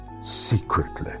secretly